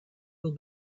will